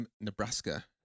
Nebraska